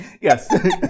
Yes